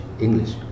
English